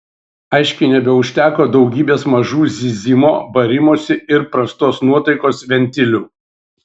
aiškiai nebeužteko daugybės mažų zyzimo barimosi ir prastos nuotaikos ventilių